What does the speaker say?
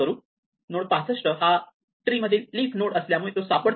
65 node हा tree मधील leaf node असल्यामुळे तो सापडतो